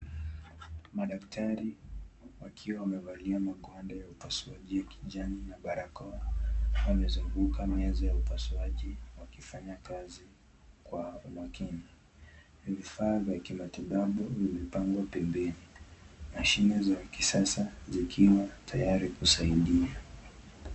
Madaktari wakiwa wamevalia magwanda ya upasuaji ya kijani na barakoa, Wamezunguka meza ya upasuaji wakifanya kazi kwa makini. Vifaa vya kimatibabu vimepangwa pembeni. Mashine za kisasa zikiwa tayari kusaidia.